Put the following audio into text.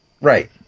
Right